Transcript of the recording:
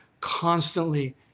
constantly